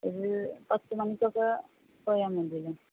ഒരു പത്ത് മണിക്കൊക്കെ പോയാൽ മതിയല്ലേ